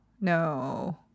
No